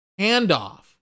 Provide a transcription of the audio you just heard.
Handoff